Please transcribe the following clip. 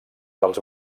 dels